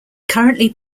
currently